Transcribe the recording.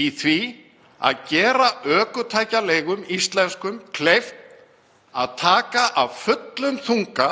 í því að gera íslenskum ökutækjaleigum kleift að taka af fullum þunga